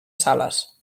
sales